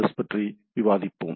S பற்றி விவாதிப்போம்